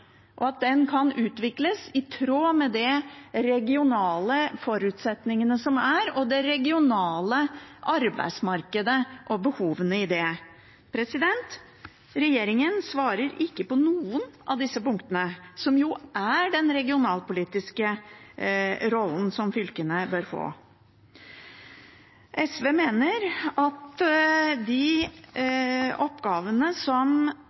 slik at den kan utvikles i tråd med de regionale forutsetningene som er, og i tråd med det regionale arbeidsmarkedet og behovene i det. Regjeringen svarer ikke på noen av disse punktene, som jo er den regionalpolitiske rollen som regionene bør få. SV mener at de oppgavene som